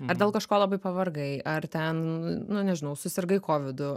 ar dėl kažko labai pavargai ar ten nu nežinau susirgai kovidu